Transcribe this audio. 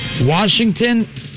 Washington